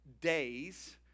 days